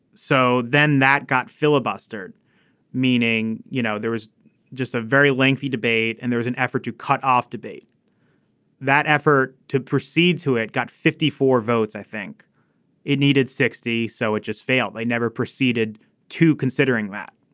so then that got filibustered meaning you know there was just a very lengthy debate and there was an effort to cut off debate that effort to proceed to it got fifty four votes i think it needed sixty. so it just failed. they never proceeded to considering that.